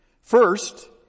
First